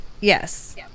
Yes